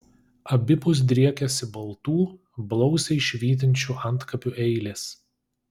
abipus driekėsi baltų blausiai švytinčių antkapių eilės